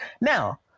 Now